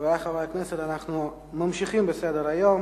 חברי חברי הכנסת, אנחנו ממשיכים בסדר-היום: